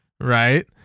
Right